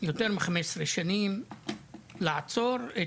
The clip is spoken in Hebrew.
יותר מ-15 שנה אנחנו זועקים על מנת שייעצרו את